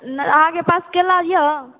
अहाँके पास केला यऽ